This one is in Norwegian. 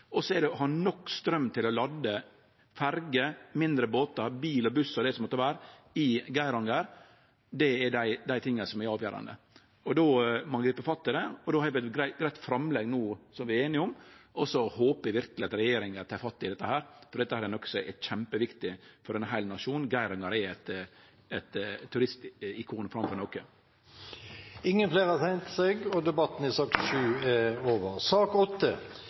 Så må ein ha nok straum til å lade ferjer, mindre båtar, bil og buss og det som måtte vere, i Geiranger. Det er dei tinga som er avgjerande. Då må vi gripe fatt i det. Vi har eit greitt framlegg no, som vi er einige om. Eg håpar verkeleg at regjeringa tek fatt i det, for dette er kjempeviktig for ein heil nasjon. Geiranger er eit turistikon framfor noko. Flere har ikke bedt om ordet til sak nr. 7. Etter ønske fra energi- og miljøkomiteen vil presidenten ordne debatten